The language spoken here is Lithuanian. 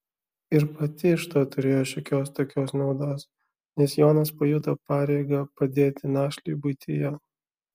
ir pati iš to turėjo šiokios tokios naudos nes jonas pajuto pareigą padėti našlei buityje